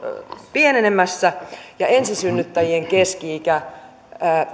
pienenemässä ja ensisynnyttäjien keski ikä